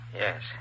Yes